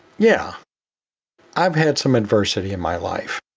yeah i've had some adversity in my life,